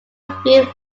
view